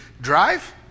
drive